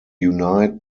unite